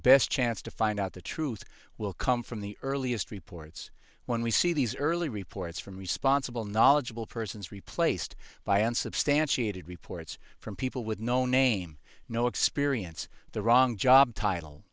best chance to find out the truth will come from the earliest reports when we see these early reports from responsible knowledgeable persons replaced by unsubstantiated reports from people with no name no experience the wrong job title